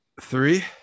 Three